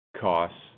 costs